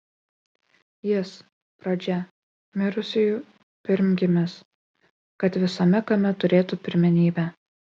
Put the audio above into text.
jis pradžia mirusiųjų pirmgimis kad visame kame turėtų pirmenybę